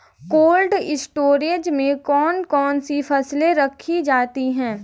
Cold storage में कौन कौन सी फसलें रखी जाती हैं?